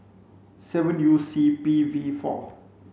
seven U C P V four